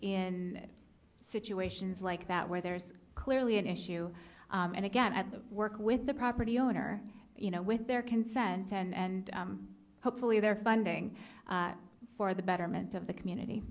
in situations like that where there's clearly an issue and again at the work with the property owner you know with their consent and hopefully their funding for the betterment of the community